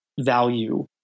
value